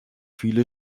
viele